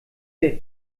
der